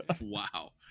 Wow